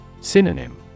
Synonym